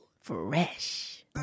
Fresh